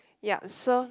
ya so